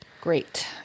Great